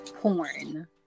porn